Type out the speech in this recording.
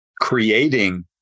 creating